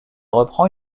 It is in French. reprend